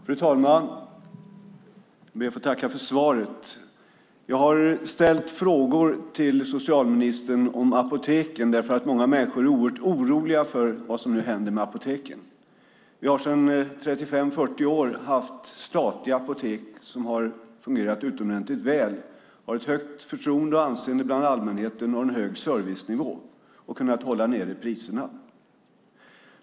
Fru talman! Jag ber att få tacka för svaret. Jag har ställt frågor till socialministern om apoteken eftersom många människor är oerhört oroliga för vad som nu händer med apoteken. Vi har sedan 35-40 år haft statliga apotek som har fungerat utomordentligt väl. De har högt förtroende och anseende bland allmänheten och en hög servicenivå, och de har kunnat hålla nere priserna.